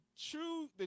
true